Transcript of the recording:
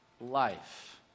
life